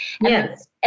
yes